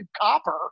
copper